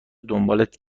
دنبالت